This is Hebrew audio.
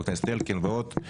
חבר הכנסת אלקין ועוד.